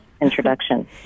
introduction